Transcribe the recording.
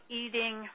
eating